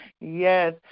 Yes